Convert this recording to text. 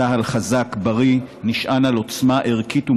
צה"ל חזק, בריא, נשען על עוצמה ערכית ומוסרית.